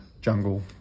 jungle